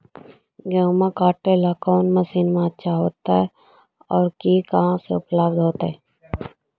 गेहुआ काटेला कौन मशीनमा अच्छा होतई और ई कहा से उपल्ब्ध होतई?